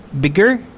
Bigger